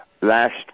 last